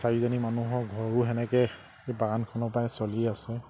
চাৰিজনী মানুহৰ ঘৰো সেনেকে বাগানখনৰ পৰাই চলি আছে